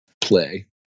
play